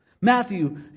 Matthew